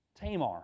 Tamar